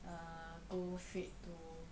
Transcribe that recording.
err go straight to